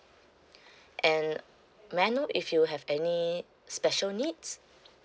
and may I know if you have any special needs